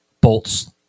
bolts